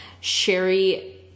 Sherry